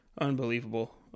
unbelievable